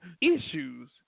Issues